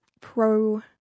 pro